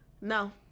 No